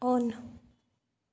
on